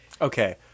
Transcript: Okay